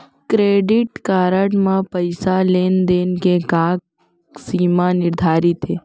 Credit card म पइसा लेन देन के का सीमा निर्धारित हे?